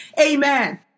Amen